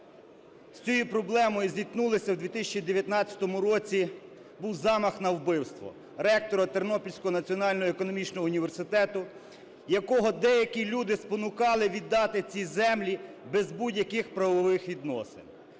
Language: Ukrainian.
з цією проблемою зіткнулися у 2019 році. Був замах на вбивство ректора Тернопільського національного економічного університету, якого деякі люди спонукали віддати ці землі без будь-яких правових відносин.